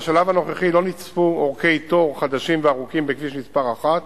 בשלב הנוכחי לא נצפו אורכי תור חדשים וארוכים בכביש מס' 1